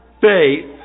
faith